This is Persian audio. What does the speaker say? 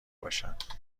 باشند